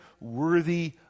worthy